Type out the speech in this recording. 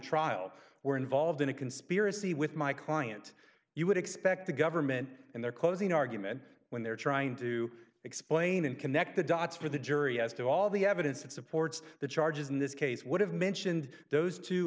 trial were involved in a conspiracy with my client you would expect the government in their closing argument when they're trying to explain and connect the dots for the jury as to all the evidence that supports the charges in this case would have mentioned those two